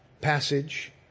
passage